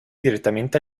direttamente